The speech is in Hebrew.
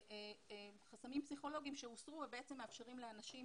חסמים פסיכולוגיים שהוסרו ובעצם מאפשרים לאנשים